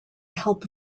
help